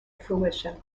fruition